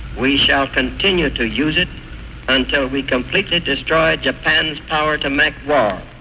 we shall continue to use it until we completely destroy japan's power to make war.